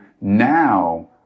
now